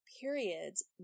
periods